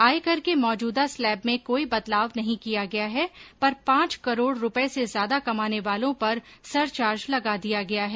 आयकर के मौजूदा स्लैब में कोई बदलाव नहीं किया गया है पर पांच करोड रूपये से ज्यादा कमाने वालों पर सरचार्ज लगा दिया गया है